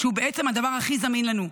שהוא בעצם הדבר הכי זמין לנו.